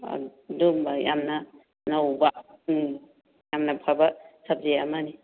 ꯑꯗꯨꯝꯕ ꯌꯥꯝꯅ ꯅꯧꯕ ꯎꯝ ꯌꯥꯝꯅ ꯐꯕ ꯁꯕꯖꯦꯛ ꯑꯃꯅꯤ